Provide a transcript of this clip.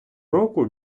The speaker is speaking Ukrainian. року